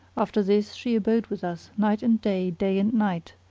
after this she abode with us night and day, day and night,